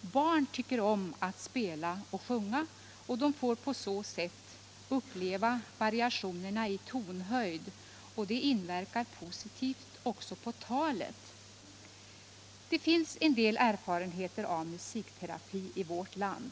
Barn tycker om att spela och sjunga. De får på så sätt uppleva variationerna i tonhöjd, och det inverkar positivt också på talet. Det finns en del erfarenheter av musikterapi i vårt land.